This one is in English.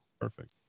Perfect